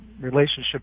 relationship